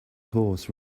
horse